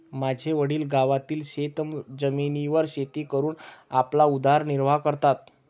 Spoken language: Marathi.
माझे वडील गावातील शेतजमिनीवर शेती करून आपला उदरनिर्वाह करतात